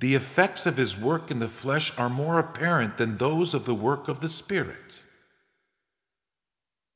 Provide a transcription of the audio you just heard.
the effects of his work in the flesh are more apparent than those of the work of the spirit